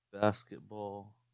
basketball